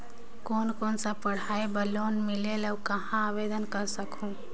कोन कोन सा पढ़ाई बर लोन मिलेल और कहाँ आवेदन कर सकहुं?